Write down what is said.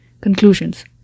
Conclusions